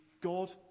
God